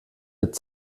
mit